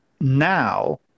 now